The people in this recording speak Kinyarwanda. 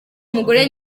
mugore